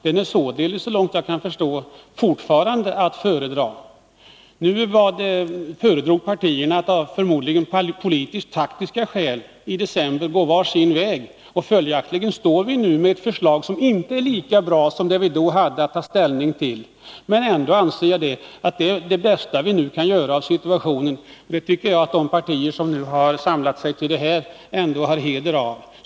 Den är således, såvitt jag kan förstå, fortfarande att föredra. Nu föredrog partierna — förmodligen av partitaktiska skäl — att i december gå var sin väg. Följaktligen står vi nu med ett förslag som inte är lika bra som det vi då hade att ta ställning till, men ändå anser jag att detta nu är det bästa vi kan göra av situationen. Det tycker jag att de partier som samlats kring detta förslag ändå har heder av.